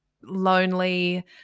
lonely